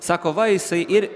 sako va jisai ir